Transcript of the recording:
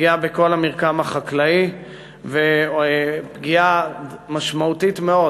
פגיעה בכל המרקם החקלאי ופגיעה משמעותית מאוד